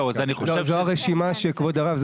כבוד הרב,